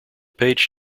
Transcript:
page